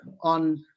on